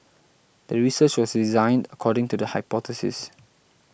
the research was designed according to the hypothesis